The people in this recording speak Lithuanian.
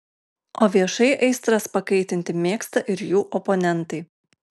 o viešai aistras pakaitinti mėgsta ir jų oponentai